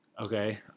Okay